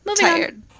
tired